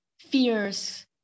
fears